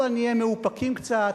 הבה נהיה מאופקים קצת.